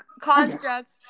construct